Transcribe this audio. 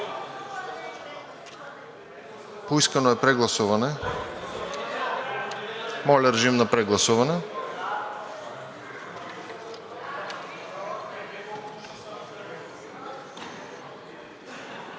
Поискано е прегласуване. Моля, режим на прегласуване.